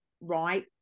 right